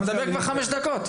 אתה מדבר כבר חמש דקות.